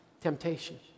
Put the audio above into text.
temptation